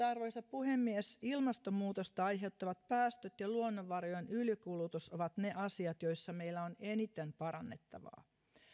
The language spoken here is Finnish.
arvoisa puhemies ilmastonmuutosta aiheuttavat päästöt ja luonnonvarojen ylikulutus ovat ne asiat joissa meillä on eniten parannettavaa